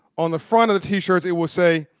on the front of the t shirts it will say,